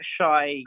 shy